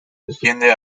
desciende